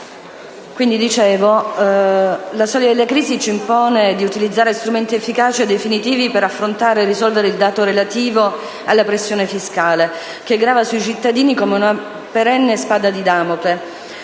La soglia della crisi ci impone di utilizzare strumenti efficaci e definitivi per affrontare e risolvere il dato relativo alla pressione fiscale, che grava sui cittadini come una perenne spada di Damocle.